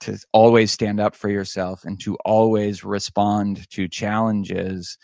to always stand up for yourself and to always respond to challenges,